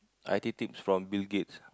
I_T tips from Bill-Gates